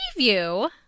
preview